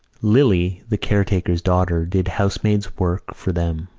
lily, the caretaker's daughter, did housemaid's work for them.